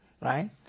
right